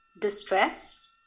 distress